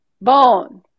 bone